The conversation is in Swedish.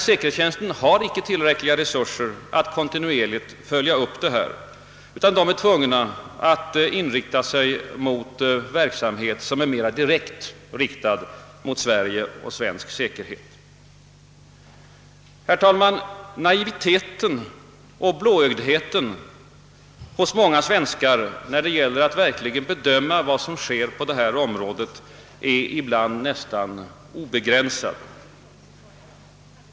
Säkerhetstjänsten har emellertid icke tillräckliga resurser för att kontinuerligt följa vad som händer i detta avseende utan är tvungen att koncentrera sig på verksamhet som är mera direkt riktad mot Sverige och svensk säkerhet. Herr talman! Naiviteten och blåögdheten hos många svenskar när det gäller att verkligen bedöma vad som sker på detta område är ibland nästan obegränsad.